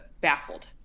baffled